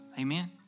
Amen